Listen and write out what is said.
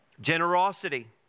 Generosity